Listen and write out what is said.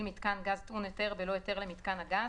מיתקן גז טעון היתר בלא היתר למיתקן הגז,